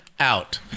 out